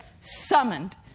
Summoned